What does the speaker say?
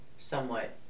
somewhat